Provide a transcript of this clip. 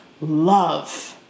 love